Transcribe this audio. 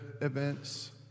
events